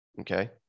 Okay